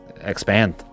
expand